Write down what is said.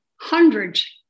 hundreds